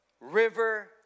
river